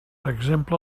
exemple